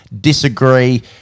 disagree